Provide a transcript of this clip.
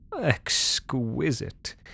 Exquisite